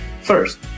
First